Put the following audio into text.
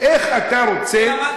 זה למדתי,